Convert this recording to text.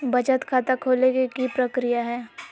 बचत खाता खोले के कि प्रक्रिया है?